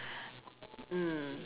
mm